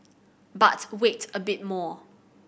but wait a bit more